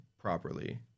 properly